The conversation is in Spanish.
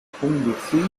conducir